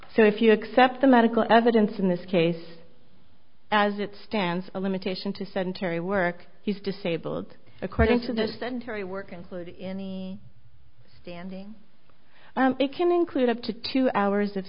so if you accept the medical evidence in this case as it stands a limitation to sedentary work he's disabled according to the center i work included in the standing it can include up to two hours of